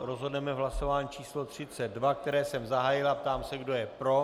Rozhodneme v hlasování číslo 32, které jsem zahájil, a ptám se, kdo je pro.